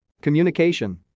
Communication